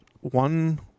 one